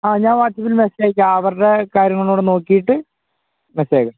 ആ ഞാൻ വാട്സപ്പിൽ മെസ്സേജയക്കാം അവരുടെ കാര്യങ്ങളും കൂടെ നോക്കിയിട്ട് മെസേജ് അയക്കാം